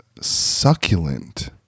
succulent